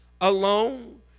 alone